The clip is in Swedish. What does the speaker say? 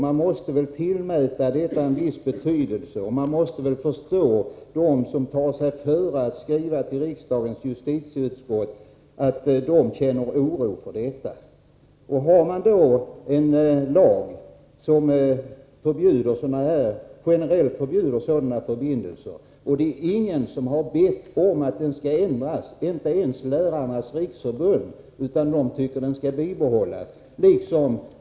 Man måste väl tillmäta detta en viss betydelse, och man måste väl förstå att de som tar sig före att skriva till riksdagens justitieutskott känner oro för det som håller på att ske. Vi har då en lag som generellt förbjuder sådana förbindelser, och ingen har bett om att den skall ändras — inte ens Lärarnas riksförbund som tycker att den skall behållas.